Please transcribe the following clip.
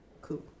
Cool